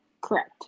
Correct